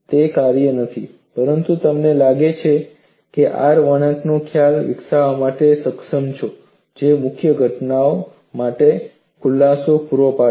તે કર્યા પછી તમને લાગે છે કે તમે R વળાંકનો ખ્યાલ વિકસાવવા માટે સક્ષમ છો જે મુશ્કેલ ઘટનાઓ માટે ખુલાસો પૂરો પાડે છે